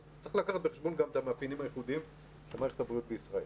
אז צריך לקחת בחשבון גם את המאפיינים הייחודיים של מערכת החינוך בישראל.